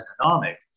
economic